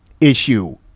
issue